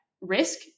risk